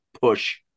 push